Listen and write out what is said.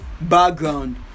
background